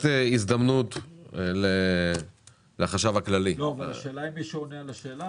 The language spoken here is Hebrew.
אתם מקבלים את זה, לילך, או שיש כאן ויכוח?